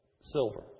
silver